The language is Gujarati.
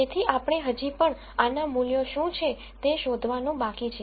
તેથી આપણે હજી પણ આના મૂલ્યો શું છે તે શોધવાનું બાકી છે